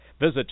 Visit